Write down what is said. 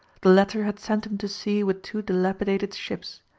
the latter had sent him to sea with two dilapidated ships,